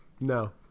No